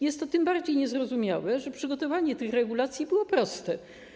Jest to tym bardziej niezrozumiałe, że przygotowanie tych regulacji było proste.